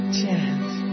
chance